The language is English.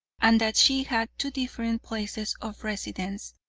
and that she had two different places of residence.